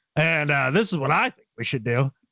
and, this is what i think we should do.